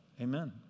Amen